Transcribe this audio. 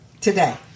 today